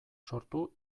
sortu